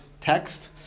text